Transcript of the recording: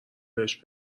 بهش